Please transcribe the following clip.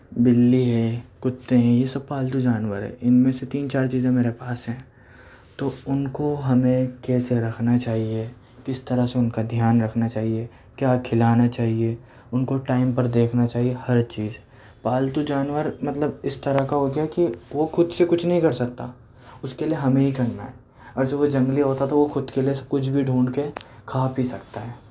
بِلّی ہیں کتّے ہیں یہ سب پالتو جانور ہیں اِن میں سے تین چار چیزیں میرے پاس ہیں تو اُن کو ہمیں کیسے رکھنا چاہیے کس طرح سے اُن کا دھیان رکھنا چاہیے کیا کھلانا چاہیے اُن کو ٹائم پر دیکھنا چاہیے ہر چیز پالتو جانور مطلب اِس طرح کا ہوتے ہیں کہ وہ خود سے کچھ نہیں کر سکتا اُس کے لیے ہمیں ہی کرنا ہے ایسے وہ جنگلی ہوتا تو وہ خود کے لئے کچھ بھی ڈھونڈ کے کھا پی سکتا ہے